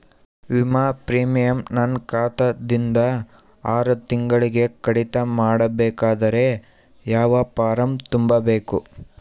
ವಿಮಾ ಪ್ರೀಮಿಯಂ ನನ್ನ ಖಾತಾ ದಿಂದ ಆರು ತಿಂಗಳಗೆ ಕಡಿತ ಮಾಡಬೇಕಾದರೆ ಯಾವ ಫಾರಂ ತುಂಬಬೇಕು?